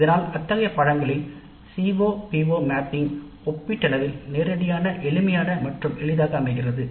இவ்வாறு அத்தகைய படிப்புகளில் COPO மேப்பிங் ஒப்பீட்டளவில் நேரடியான எளிமையான மற்றும் அமைகிறது